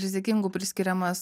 rizikingu priskiriamas